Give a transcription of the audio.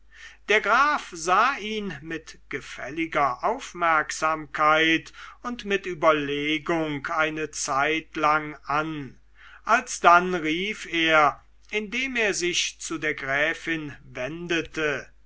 der graf sah ihn mit gefälliger aufmerksamkeit und mit überlegung eine zeitlang an alsdann rief er indem er sich zu der gräfin wendete